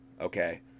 okay